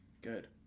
Good